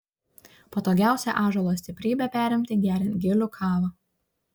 patogiausia ąžuolo stiprybę perimti geriant gilių kavą